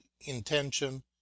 intention